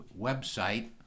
website